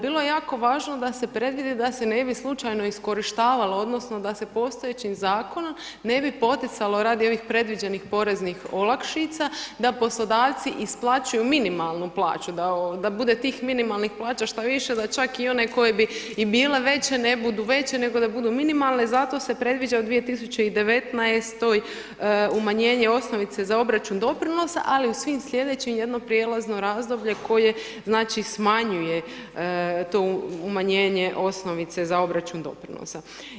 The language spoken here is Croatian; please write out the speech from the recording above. Bilo je jako važno da se predvidi da se ne bi slučajno iskorištavalo odnosno da se postojećim zakonom ne bi poticalo radi ovih predviđenih poreznih olakšica, da poslodavci isplaćuju minimalnu plaću, da bude tih minimalnih plaća što više, da čak i onome kome bi i bila veća, ne budu veće nego da budu minimalne, zato se predviđa u 2019. umanjenje osnovice za obračun doprinosa ali u svim slijedećim jedno prijelazno razdoblje koje smanjuje to umanjenje osnovice za obračun doprinosa.